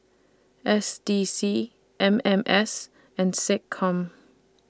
S D C M M S and Seccom